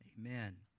Amen